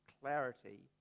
clarity